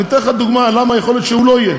אתן לך דוגמה למה יכול להיות שהוא לא יהיה,